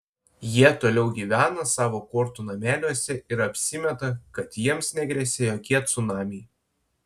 jie toliau gyvena savo kortų nameliuose ir apsimeta kad jiems negresia jokie cunamiai